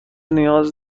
نیاز